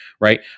right